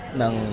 ng